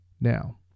Now